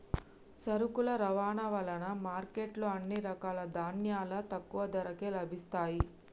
సరుకుల రవాణా వలన మార్కెట్ లో అన్ని రకాల ధాన్యాలు తక్కువ ధరకే లభిస్తయ్యి